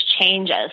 changes